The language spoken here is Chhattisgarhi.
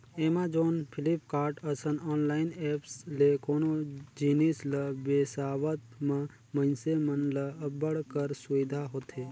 एमाजॉन, फ्लिपकार्ट, असन ऑनलाईन ऐप्स ले कोनो जिनिस ल बिसावत म मइनसे मन ल अब्बड़ कर सुबिधा होथे